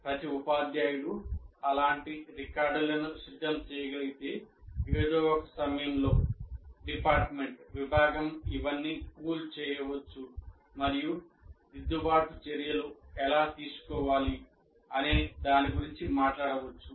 ప్రతి ఉపాధ్యాయుడు అలాంటి రికార్డులను సిద్ధం చేయగలిగితే ఏదో ఒక సమయంలో విభాగం ఇవన్నీ పూల్ చేయవచ్చు మరియు దిద్దుబాటు చర్యలు ఎలా తీసుకోవాలి అనే దాని గురించి మాట్లాడవచ్చు